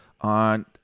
On